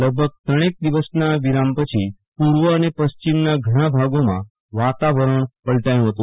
લગભગ ત્રણેક દિવસ વિરા મ પછી પૂર્વ અને પશ્ચિમના ઘણાં ભાગોમાં વાતાવરણ પલટાયું હતું